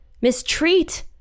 mistreat